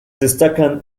destacan